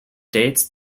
dates